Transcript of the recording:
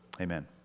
Amen